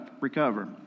recover